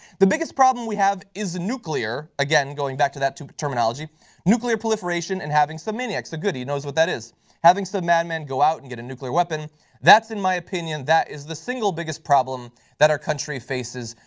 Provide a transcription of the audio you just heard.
the biggest problem we have is nuclear again, going back to that terminology nuclear proliferation, and having some maniac so good, he knows what that is having some madman go out and get a nuclear weapon that's in my opinion, that is the single biggest problem that our country faces,